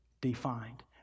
defined